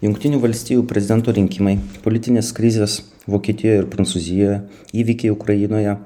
jungtinių valstijų prezidento rinkimai politinės krizės vokietijoje ir prancūzijoje įvykiai ukrainoje